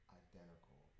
identical